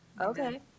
Okay